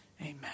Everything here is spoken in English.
amen